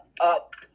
up